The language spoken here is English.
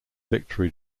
victory